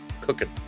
cooking